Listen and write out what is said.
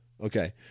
Okay